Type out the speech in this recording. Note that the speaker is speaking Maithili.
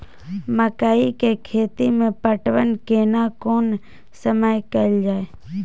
मकई के खेती मे पटवन केना कोन समय कैल जाय?